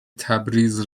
تبریز